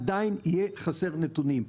עדיין יהיו חסרים נתונים.